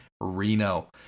Reno